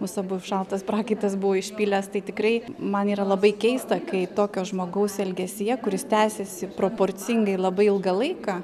mus abu šaltas prakaitas buvo išpylęs tai tikrai man yra labai keista kai tokio žmogaus elgesyje kuris tęsiasi proporcingai labai ilgą laiką